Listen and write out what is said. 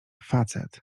facet